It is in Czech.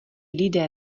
lidé